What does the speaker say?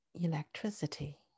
electricity